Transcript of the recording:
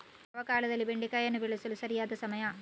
ಯಾವ ಕಾಲದಲ್ಲಿ ಬೆಂಡೆಕಾಯಿಯನ್ನು ಬೆಳೆಸಲು ಸರಿಯಾದ ಸಮಯ?